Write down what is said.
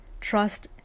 trust